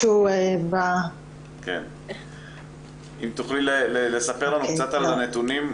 אם תוכלי לספר לנו קצת על הנתונים.